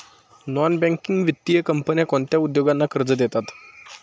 Non banking वित्तीय कंपन्या कोणत्या उद्योगांना कर्ज देतात?